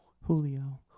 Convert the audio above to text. Julio